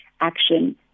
action